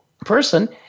person